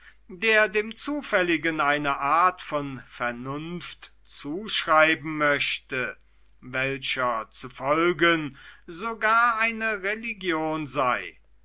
der dem zufälligen eine art von vernunft zuschreiben möchte welcher zu folgen sogar eine religion sei